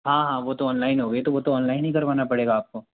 हाँ हाँ वो तो ओनलाइन होगी वो तो ओनलाइन ही करवाना पड़ेगा आपको